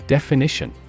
Definition